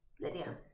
Lydia